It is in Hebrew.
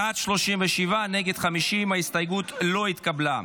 בעד, 37, נגד, 50. ההסתייגות לא התקבלה.